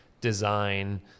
design